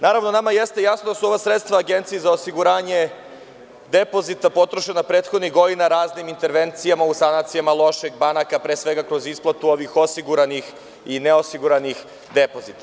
Naravno, nama jeste jasno da su ova sredstva Agenciji za osiguranje depozita potrošena prethodnih godina raznim intervencijama, u sanacijama loših banaka, pre svega kroz isplatu ovih osiguranih i neosiguranih depozita.